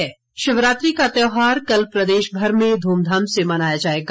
शिवरात्रि शिवरात्रि का त्योहार कल प्रदेशभर में धूमधाम से मनाया जाएगा